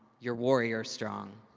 you're warrior strong!